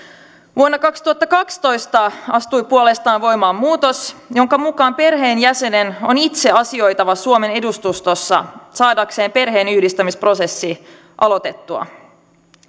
vuonna kaksituhattakaksitoista astui puolestaan voimaan muutos jonka mukaan perheenjäsenen on itse asioitava suomen edustustossa saadakseen perheenyhdistämisprosessi aloitettua